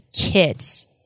kids